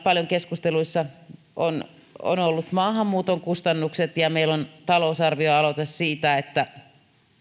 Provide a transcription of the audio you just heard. paljon keskusteluissa on on maahanmuuton kustannukset meillä on talousarvioaloite siitä että